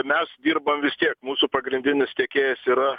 mes dirbam vis tiek mūsų pagrindinis tiekėjas yra